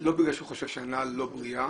לא בגלל שהוא חושב שהנעל לא בריאה,